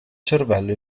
cervello